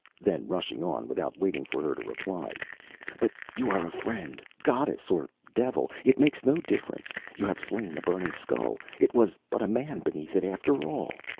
then rushing on, without waiting for her to reply but you are a friend goddess or devil, it makes no difference! you have slain the burning skull! it was but a man beneath it, after all!